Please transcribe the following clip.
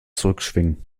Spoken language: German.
zurückschwingen